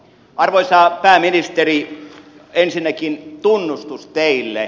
arvoisa pääministeri ensinnäkin tunnustus teille